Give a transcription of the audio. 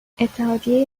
اتحادیه